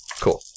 Cool